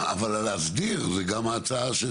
אבל להסדיר, זו גם ההצעה.